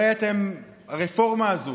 הרי הרפורמה הזו,